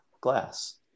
glass